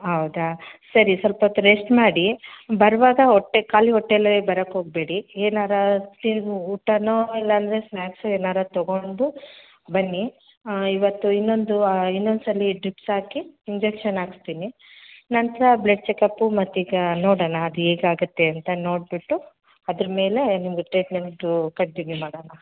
ಹೌದಾ ಸರಿ ಸ್ವಲ್ಪೊತ್ತು ರೆಸ್ಟ್ ಮಾಡಿ ಬರುವಾಗ ಹೊಟ್ಟೆ ಖಾಲಿ ಹೊಟ್ಟೆಲ್ಲೇ ಬರಕ್ಕೋಗ್ಬೇಡಿ ಏನಾರೂ ತಿಂ ಊಟನೋ ಇಲ್ಲಾಂದರೆ ಸ್ನಾಕ್ಸ್ ಏನಾರೂ ತಗೊಂಡು ಬನ್ನಿ ಇವತ್ತು ಇನ್ನೊಂದು ಇನ್ನೊಂದು ಸಲ ಡ್ರಿಪ್ಸ್ ಹಾಕಿ ಇಂಜೆಕ್ಷನ್ ಹಾಕ್ಸ್ತಿನಿ ನಂತರ ಬ್ಲಡ್ ಚೆಕಪ್ಪು ಮತ್ತೀಗ ನೋಡೋಣ ಅದು ಹೇಗಾಗತ್ತೆ ಅಂತ ನೋಡಿಬಿಟ್ಟು ಅದ್ರ ಮೇಲೆ ನಿಮ್ಮದು ಟ್ರೀಟ್ಮೆಂಟ್ದು ಕಂಟಿನ್ಯೂ ಮಾಡೋಣ